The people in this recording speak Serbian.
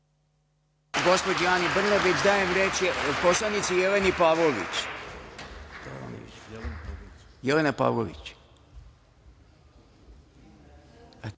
gospođi Ani Brnabić. Dajem reč poslanici Jeleni Pavlović.